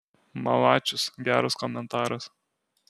malačius geras komentaras